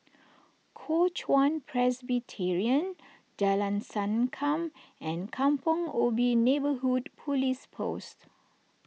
Kuo Chuan Presbyterian Jalan Sankam and Kampong Ubi Neighbourhood Police Post